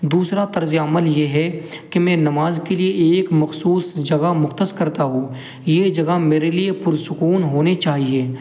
دوسرا طرز عمل یہ ہے کہ میں نماز کے لیے ایک مخصوص جگہ مختص کرتا ہو یہ جگہ میرے لیے پرسکون ہونی چاہیے